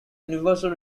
universal